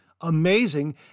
amazing